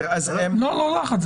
לא לחץ.